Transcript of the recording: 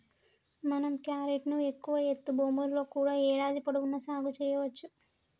మనం క్యారెట్ ను ఎక్కువ ఎత్తు భూముల్లో కూడా ఏడాది పొడవునా సాగు సెయ్యవచ్చు